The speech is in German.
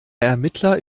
ermittler